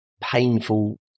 painful